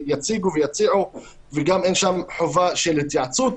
יציגו ויציעו ואין שם גם חובת התייעצות